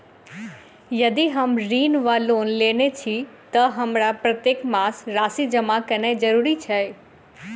यदि हम ऋण वा लोन लेने छी तऽ हमरा प्रत्येक मास राशि जमा केनैय जरूरी छै?